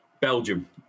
Belgium